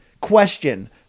question